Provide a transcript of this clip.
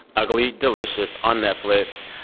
ugly delicious on netflix.